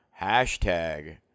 hashtag